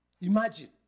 Imagine